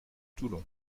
toulon